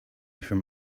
from